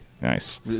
Nice